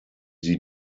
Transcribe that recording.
sie